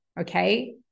Okay